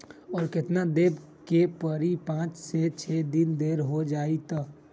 और केतना देब के परी पाँच से छे दिन देर हो जाई त?